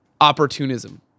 opportunism